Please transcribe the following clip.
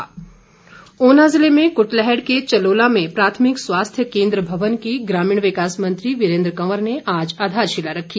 वीरेन्द्र कंवर ऊना ज़िले में कुटलैहड़ के चलोला में प्राथमिक स्वास्थ्य केन्द्र भवन की ग्रामीण विकास मंत्री वीरेन्द्र कंवर ने आज आधारशिला रखी